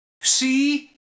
See